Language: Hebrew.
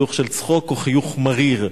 חיוך של צחוק או חיוך מריר.